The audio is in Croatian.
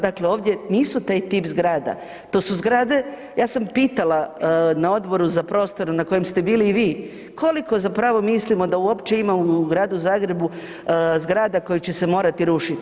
Dakle, ovdje nisu taj tip zgrada, to su zgrade, ja sam pitala na Odboru za prostorno na kojem ste bili i vi koliko zapravo mislimo da uopće imamo u Gradu Zagrebu koje će se morati rušiti.